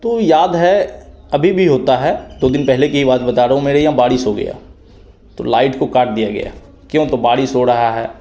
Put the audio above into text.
तो याद है अभी भी होता है दो दिन पहले की ही बात बता रहा हूँ मेरे यहाँ बारिश हो गया तो लाइट को काट दिया गया क्यों तो बारिश हो रहा है